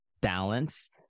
balance